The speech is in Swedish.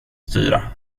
styra